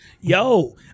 Yo